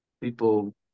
people